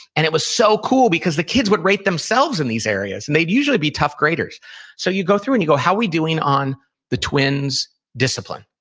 and it was so cool, because the kids would rate themselves in these areas. and they'd usually be tough graders so you go through and you go, how we doing on the twins' discipline?